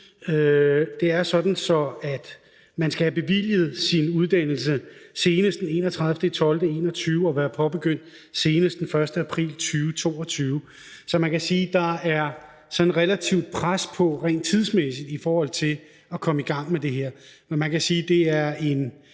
er det sådan, at man skal have bevilget sin uddannelse senest den 31. december 2021 og være påbegyndt senest den 1. april 2022. Så man kan sige, at der er relativt pres på sådan rent tidsmæssigt i forhold til at komme i gang med det her.